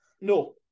No